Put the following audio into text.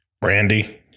Brandy